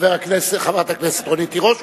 חברת הכנסת רונית תירוש,